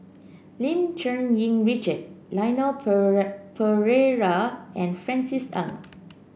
Lim Cherng Yih Richard Leon Perera and Francis Ng